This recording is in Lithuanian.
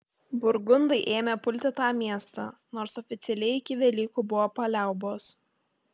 burgundai ėmė pulti tą miestą nors oficialiai iki velykų buvo paliaubos